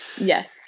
Yes